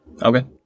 Okay